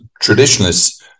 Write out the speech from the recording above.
traditionalists